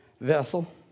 Vessel